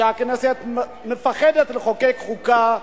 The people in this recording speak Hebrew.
כשהכנסת מפחדת לחוקק חוקה,